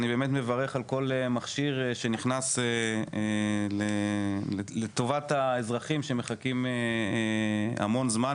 אני באמת מברך על כל מכשיר שנכנס לטובת האזרחים שמחכים המון זמן,